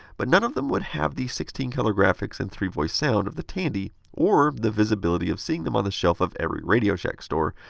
but none of them would have the sixteen color graphics and three voice sound of the tandy, or the visibility of seeing them on the shelf of every radio shack store.